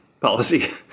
policy